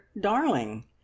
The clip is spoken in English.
darling